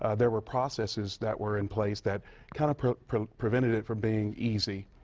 ah there were processes that were in place that kind of prevented it from being easy,